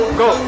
go